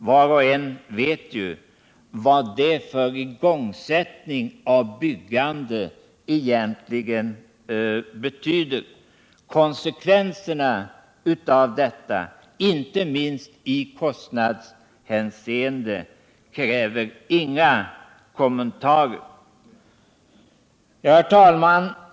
Var och en vet vad det betyder för igångsättning av byggande. Konsekvenserna av detta, inte minst i kostnadshänseende, kräver inga kommentarer. Herr talman!